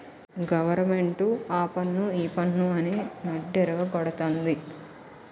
government ఆపన్ను ఈపన్ను అని నడ్డిరగ గొడతంది